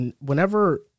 Whenever